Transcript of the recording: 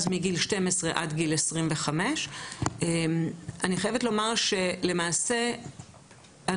מגיל 12 עד גיל 25. אני חייבת לומר שלמעשה אנחנו